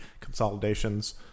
consolidations